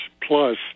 plus